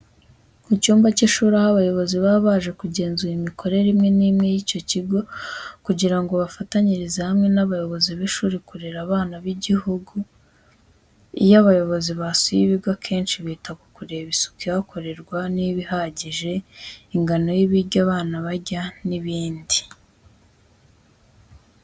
Mu cyumba cy'ishuri aho abayobozi baba baje kugenzura imikorere imwe n'imwe y'icyo kigo kugira ngo bafatanyirize hamwe n'abayobozi b'ishuri kurera abana b'igihugu. Iyo aba bayobozi basuye ibigo akenshi, bita kukureba isuku ihakorerwa niba ihagije, ingano y'ibiryo abana barya n'ibindi.